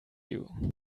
you